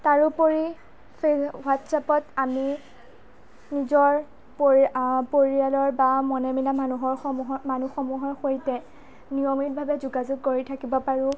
তাৰোপৰি হোৱাটছপাত আমি নিজৰ পৰ পৰিয়ালৰ বা মনে মিলা মানুহৰ সমূহৰ মানুহসমূহৰ সৈতে নিয়মিতভাৱে যোগাযোগ কৰি থাকিব পাৰোঁ